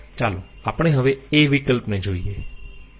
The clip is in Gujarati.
ચાલો આપણે હવે a વિકલ્પ ને જોઈયે